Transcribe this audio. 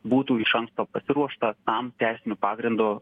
būtų iš anksto pasiruošta tam teisiniu pagrindu